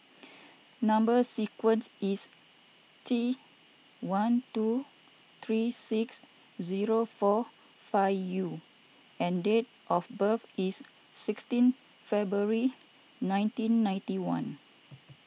Number Sequence is T one two three six zero four five U and date of birth is sixteen February nineteen ninety one